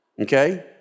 okay